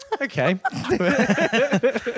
Okay